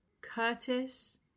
Curtis